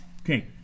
Okay